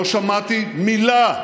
לא שמעתי מילה,